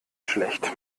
schlecht